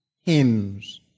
hymns